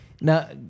Now